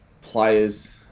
players